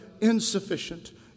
insufficient